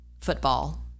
football